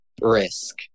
risk